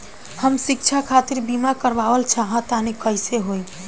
हम शिक्षा खातिर बीमा करावल चाहऽ तनि कइसे होई?